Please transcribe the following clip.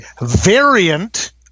variant